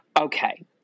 Okay